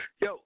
Yo